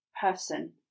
person